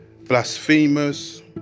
blasphemers